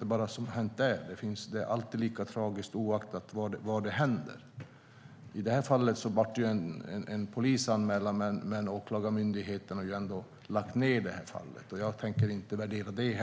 på boskap är lika tragiskt oavsett var det händer. I det här fallet blev det en polisanmälan, men åklagarmyndigheten har ändå lagt ned fallet. Jag tänker inte värdera det.